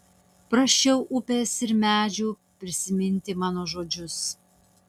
prašiau upės ir medžių prisiminti mano žodžius